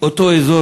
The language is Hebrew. אותו אזור,